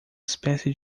espécie